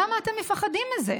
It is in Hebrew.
למה אתם מפחדים מזה?